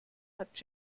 hat